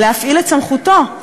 להפעיל את סמכותו.